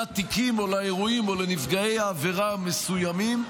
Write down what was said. לתיקים או לאירועים או לנפגעי העבירה המסוימים.